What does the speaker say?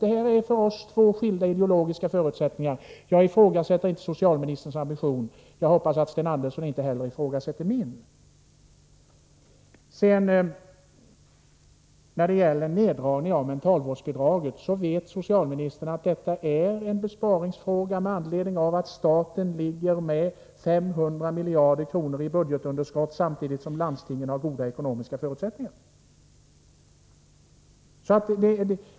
Det rör sig om två helt skilda ideologier. Jag ifrågasätter inte socialministerns ambition, och jag hoppas att Sten Andersson inte heller ifrågasätter min. Beträffande neddragningen av mentalvårdsbidraget vet socialministern att initiativ inom den sociala sektorn det är en besparingsfråga, med anledning av att staten har 500 miljarder i budgetunderskott — samtidigt som landstingen har goda ekonomiska förutsättningar.